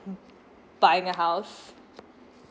buying a house